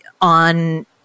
on